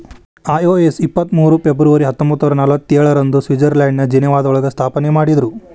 IOS ಇಪ್ಪತ್ ಮೂರು February ಹತ್ತೊಂಬತ್ನೂರಾ ನಲ್ವತ್ತೇಳ ರಂದು ಸ್ವಿಟ್ಜರ್ಲೆಂಡ್ನ ಜಿನೇವಾದೊಳಗ ಸ್ಥಾಪನೆಮಾಡಿದ್ರು